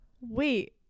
Wait